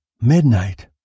Midnight